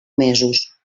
mesos